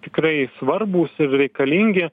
tikrai svarbūs ir reikalingi